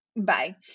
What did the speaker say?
Bye